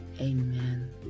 Amen